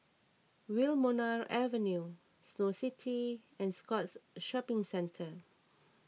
Wilmonar Avenue Snow City and Scotts Shopping Centre